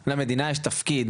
למדינה יש תפקיד